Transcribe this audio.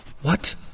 What